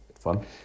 fun